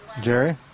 Jerry